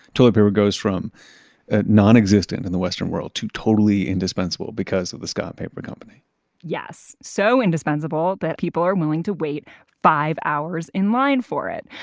toilet paper goes from non-existent in the western world to totally indispensable because of the scott paper company yes. so indispensable that people are willing to wait for five hours in line for it.